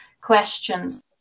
questions